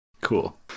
Cool